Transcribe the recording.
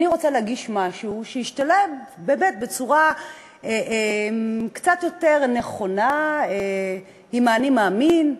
אני רוצה להגיש משהו שישתלב באמת בצורה קצת יותר נכונה עם ה"אני מאמין",